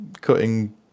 cutting